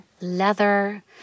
leather